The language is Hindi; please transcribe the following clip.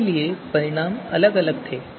इसलिए परिणाम अलग थे